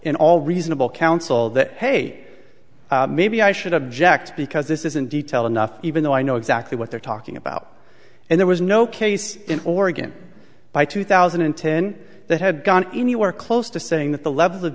in all reasonable counsel that hey maybe i should object because this isn't detail enough even though i know exactly what they're talking about and there was no case in oregon by two thousand and ten that had gone anywhere close to saying that the level of